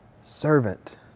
servant